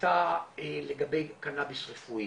הייתה לגבי קנאביס רפואי.